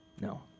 No